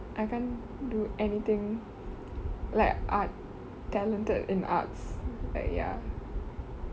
I can't do anything like art talented in arts like ya